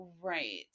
Right